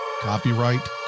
Copyright